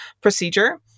procedure